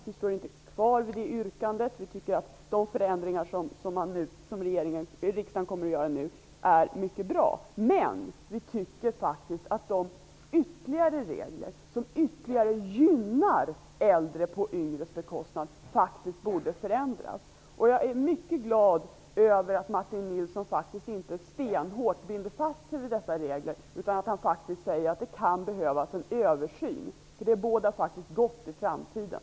Vi står inte kvar vid vårt yrkande, eftersom vi anser att de förändringar som riksdagen nu kommer att besluta om är mycket bra. Men de regler som ytterligare gynnar äldre på yngres bekostnad borde faktiskt förändras. Jag är mycket glad över att Martin Nilsson inte stenhårt binder sig fast vid dessa regler, utan att han säger att det kan behövas en översyn. Det bådar gott för framtiden.